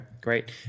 great